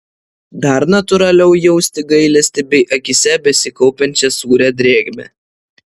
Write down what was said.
dar natūraliau jausti gailestį bei akyse besikaupiančią sūrią drėgmę